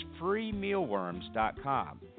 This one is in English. freemealworms.com